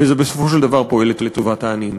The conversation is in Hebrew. וזה בסופו של דבר פועל לטובת העניים.